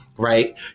right